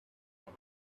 read